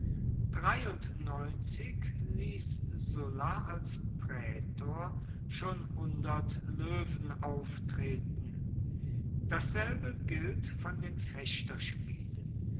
ließ sulla als prätor schon hundert löwen auftreten dasselbe gilt von den